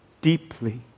deeply